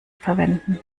verwenden